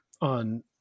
on